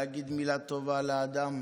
להגיד מילה טובה לאדם,